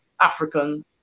African